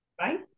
Right